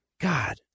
God